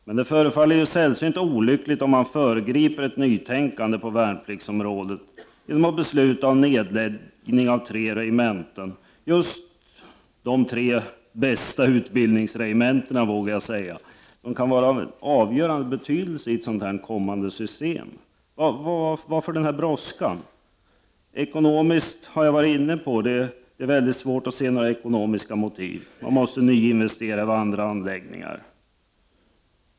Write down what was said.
Men det förefaller sällsynt olyckligt om man föregriper ett nytänkande på värnpliktsområdet genom att besluta om nedläggning av just de tre bästa utbildningsregementena. De kan vara av avgörande betydelse i ett sådant här kommande system. Varför denna brådska? Det är svårt att se några ekonomiska motiv. Man måste nyinvestera i andra anläggningar.